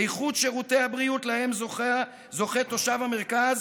איכות שירותי הבריאות שלהם זוכה תושב המרכז